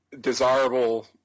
desirable